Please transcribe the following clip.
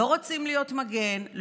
לא רוצים להיות מגן,